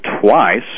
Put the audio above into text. twice